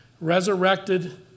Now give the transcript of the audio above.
resurrected